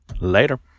Later